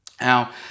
Now